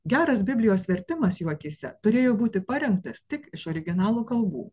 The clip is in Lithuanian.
geras biblijos vertimas jų akyse turėjo būti parengtas tik iš originalo kalbų